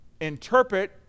interpret